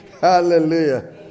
Hallelujah